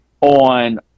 on